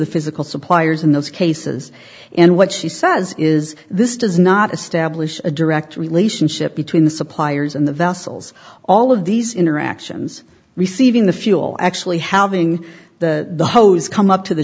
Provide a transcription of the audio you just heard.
the physical suppliers in those cases and what she says is this does not establish a direct relationship between the suppliers and the vessels all of these interactions receiving the fuel actually having the hoes come up to the